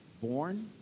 born